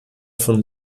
von